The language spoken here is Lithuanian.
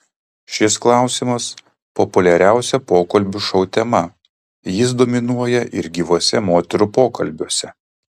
šis klausimas populiariausia pokalbių šou tema jis dominuoja ir gyvuose moterų pokalbiuose